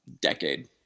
decade